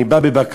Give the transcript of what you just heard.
אני בא בבקשה,